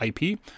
IP